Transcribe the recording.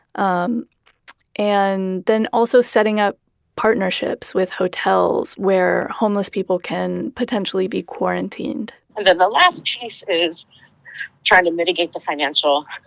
um and then also setting up partnerships with hotels where homeless people can potentially be quarantined and then the last piece is trying to mitigate the financial